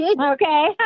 Okay